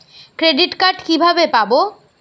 Credit card কিভাবে পাব?